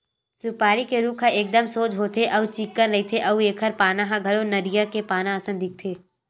सुपारी के रूख ह एकदम सोझ होथे अउ चिक्कन रहिथे अउ एखर पाना ह घलो नरियर के पाना असन दिखथे